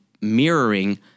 mirroring